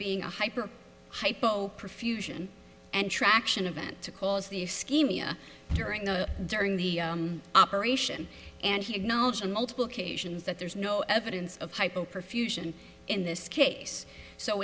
being a hyper hypo perfusion and traction event to cause the schema during the during the operation and he acknowledged on multiple occasions that there's no evidence of hypo perfusion in this case so